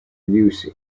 use